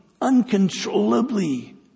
uncontrollably